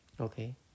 Okay